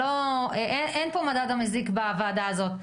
אין מדד כזה בוועדה הזו.